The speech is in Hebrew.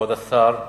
כבוד השר,